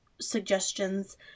suggestions